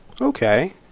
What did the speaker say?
Okay